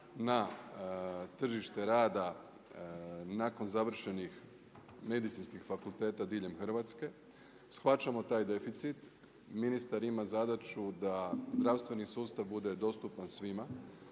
na tržište rada. Nakon završenih Medicinskih fakulteta diljem Hrvatske, shvaćamo taj deficit. Ministar ima zadaću da zdravstveni sustav bude dostupan svima,